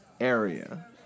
area